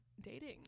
dating